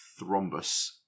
thrombus